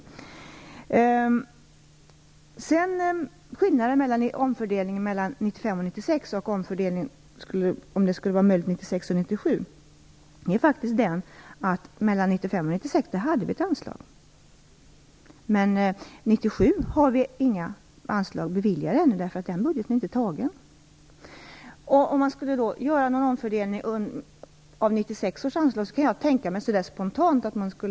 1996 och omfördelning mellan 1996 och 1997 är den att mellan 1995 och 1996 fanns det ett anslag. Men för 1997 finns det ännu inga anslag beviljade, eftersom den budgeten inte är fastställd. Om man skulle göra någon omfördelning av 1996 års anslag kan jag spontant tänka mig att ta från bärighetsanslaget.